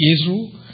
Israel